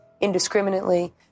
indiscriminately